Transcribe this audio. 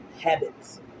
habits